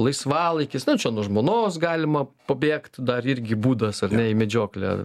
laisvalaikis tačiau nuo žmonos galima pabėgt dar irgi būdas ar ne į medžioklę